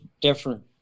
different